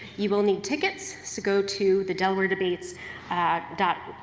you will need tickets so go to the delawaredebates dot